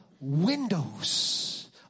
windows